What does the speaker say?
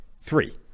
three